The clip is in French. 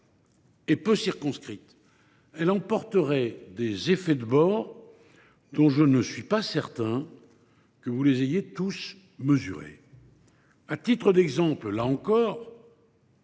et peu circonscrite. Elle emporterait des effets de bord importants, et je ne suis pas certain que vous les ayez tous mesurés. À titre d’exemple, là encore,